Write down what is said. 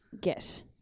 get